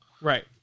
Right